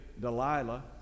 Delilah